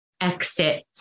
exit